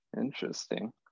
Interesting